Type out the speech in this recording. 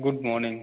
good morning